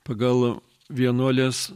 pagal vienuolės